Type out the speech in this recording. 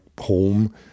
home